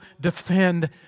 defend